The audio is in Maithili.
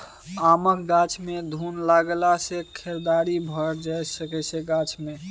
आमक गाछ मे घुन लागला सँ खोदरि भए जाइ छै गाछ मे